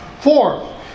Four